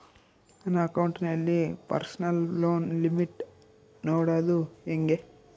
ನನ್ನ ಅಕೌಂಟಿನಲ್ಲಿ personal loan limit ನೋಡದು ಹೆಂಗೆ?